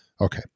Okay